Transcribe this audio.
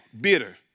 bitter